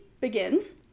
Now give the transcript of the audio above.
begins